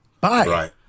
bye